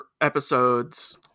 episodes